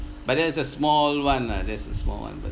but that is a small one lah that's a small one but